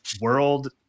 world